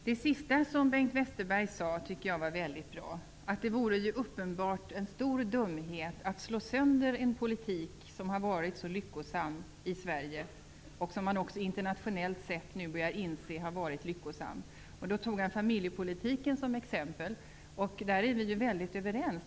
Herr talman! Det som Bengt Westerberg sade sist var väldigt bra, dvs. att det uppenbarligen vore en stor dumhet att slå sönder en politik som har varit så lyckosam i Sverige och som man också internationellt nu börjar inse har varit lyckosam. Han tog familjepolitiken som exempel. Där är vi överens.